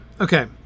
Okay